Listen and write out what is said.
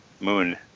moon